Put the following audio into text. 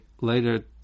later